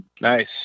Nice